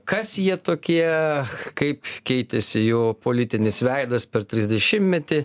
kas jie tokie kaip keitėsi jų politinis veidas per trisdešimtmetį